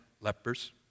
lepers